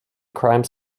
crimes